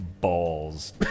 balls